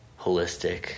holistic